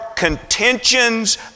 contentions